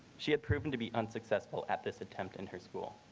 she had proven to be unsuccessful at this attempt in her school,